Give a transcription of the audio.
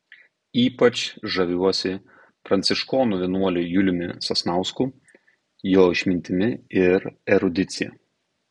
ypač žaviuosi pranciškonų vienuoliu juliumi sasnausku jo išmintimi ir erudicija